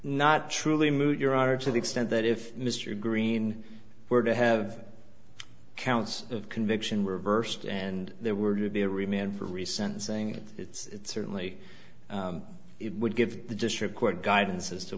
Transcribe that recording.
not truly moot your honor to the extent that if mr green were to have counts of conviction reversed and there were to be a remain for recent saying it's certainly it would give the district court guidance as to